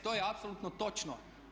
To je apsolutno točno.